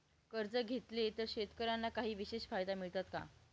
कर्ज घेतले तर शेतकऱ्यांना काही विशेष फायदे मिळतात का?